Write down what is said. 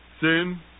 Sin